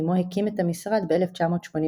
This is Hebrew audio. עמו הקים את המשרד ב-1984.